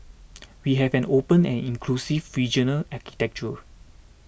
we have an open and inclusive regional architecture